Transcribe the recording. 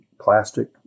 plastic